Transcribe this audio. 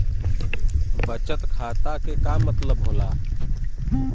बचत खाता के का मतलब होला?